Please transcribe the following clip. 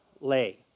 lay